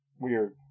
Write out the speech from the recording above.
Weird